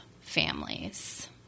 families